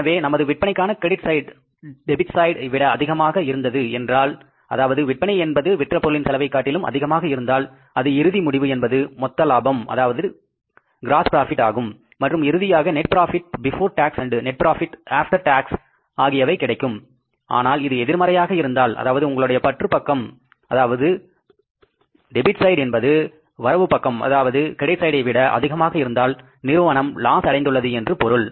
எனவே நமது விற்பனைக்கான கிரெடிட் சைடு டெபிட் சைடு விட அதிகமாக இருந்தது என்றால் அதாவது விற்பனை என்பது விற்ற பொருளின் செலவைக் காட்டிலும் அதிகமாக இருந்தால் நமது இறுதி முடிவு என்பது மொத்த லாபம் ஆகும் மற்றும் இறுதியாக net profit before tax and net profit after tax ஆகியவை கிடைக்கும் ஆனால் இது எதிர்மறையாக இருந்தால் அதாவது உங்களுடைய பற்று பக்கம் வரவு பக்கத்தை விட அதிகமாக இருந்தால் நிறுவனம் லாஸ் அடைந்துள்ளது என்று பொருள்